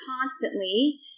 constantly